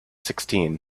sixteen